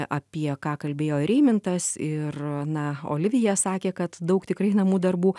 apie ką kalbėjo ir eimintas ir na olivija sakė kad daug tikrai namų darbų